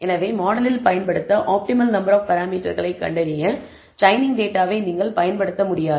எனவே மாடலில் பயன்படுத்த ஆப்டிமல் நம்பர் ஆப் பராமீட்டர்களை கண்டறிய ட்ரெய்னிங் டேட்டாவை நீங்கள் பயன்படுத்த முடியாது